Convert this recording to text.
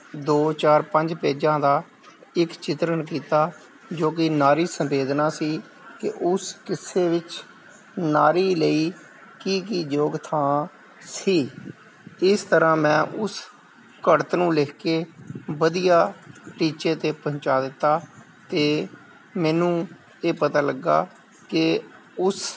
ਦੋ ਚਾਰ ਪੰਜ ਪੇਜਾਂ ਦਾ ਇੱਕ ਚਿਤਰਨ ਕੀਤਾ ਜੋ ਕਿ ਨਾਰੀ ਸੰਵੇਦਨਾ ਸੀ ਕਿ ਉਹ ਕਿੱਸੇ ਵਿੱਚ ਨਾਰੀ ਲਈ ਕੀ ਕੀ ਯੋਗ ਥਾਂ ਸੀ ਇਸ ਤਰ੍ਹਾਂ ਮੈਂ ਉਸ ਘੜਤ ਨੂੰ ਲਿਖ ਕੇ ਵਧੀਆ ਟੀਚੇ 'ਤੇ ਪਹੁੰਚਾ ਦਿੱਤਾ ਅਤੇ ਮੈਨੂੰ ਇਹ ਪਤਾ ਲੱਗਾ ਕਿ ਉਸ